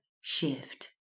shift